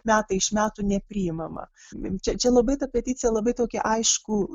metai iš metų nepriimama čia čia labai ta peticija labai tokį aiškų